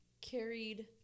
carried